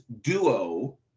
duo